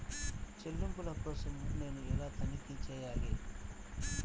చెల్లింపుల కోసం నేను ఎలా తనిఖీ చేయాలి?